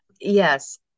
Yes